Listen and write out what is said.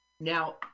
Now